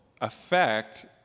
affect